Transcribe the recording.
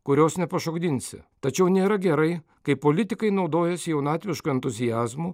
kurios nepašokdinsi tačiau nėra gerai kai politikai naudojasi jaunatvišku entuziazmu